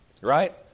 right